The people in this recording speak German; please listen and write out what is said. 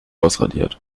ausradiert